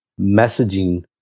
messaging